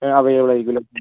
available ആയിരിക്കുമല്ലേ